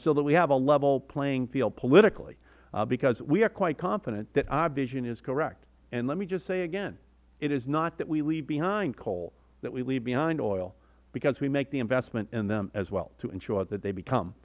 so that we have a level playing field politically because we are quite confident that our vision is correct let me just say again it is not that we leave behind coal that we leave behind oil because we make the investment in them as well to ensure that they become